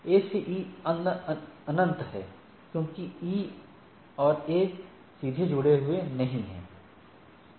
A से E अनंत है क्योंकि E A से सीधे जुड़ा नहीं है